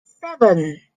seven